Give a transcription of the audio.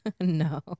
No